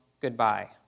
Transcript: goodbye